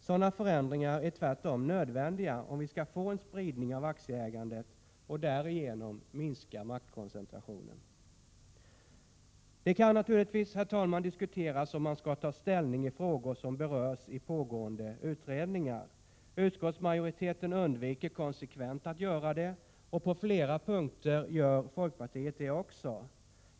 Sådana förändringar är tvärtom nödvändiga, om vi skall få till stånd en spridning av aktieägandet och därigenom minska maktkoncentrationen. Det kan naturligtvis, herr talman, diskuteras om man skall ta ställning i frågor som berörs i pågående utredningar. Utskottsmajoriteten undviker konsekvent att göra det, och på flera punkter gör också folkpartiet det.